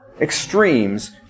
extremes